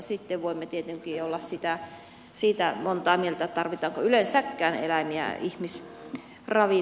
sitten voimme tietenkin olla siitä monta mieltä tarvitaanko yleensäkään eläimiä ihmisravinnoksi